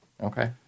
Okay